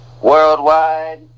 worldwide